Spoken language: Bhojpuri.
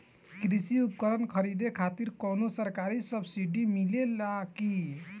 कृषी उपकरण खरीदे खातिर कउनो सरकारी सब्सीडी मिलेला की?